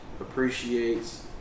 appreciates